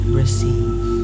receive